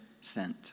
sent